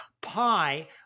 Pi